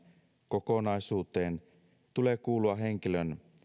kokonaisuuteen tulee kuulua henkilön